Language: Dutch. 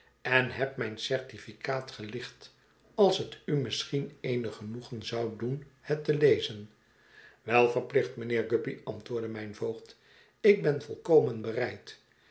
en heb mijn certificaat gelicht als het u misschien eenig genoegen zou doen het te lezen wel verplicht mijnheer guppy antwoordde mijn voogd ik ben volkomen bereid